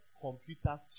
computers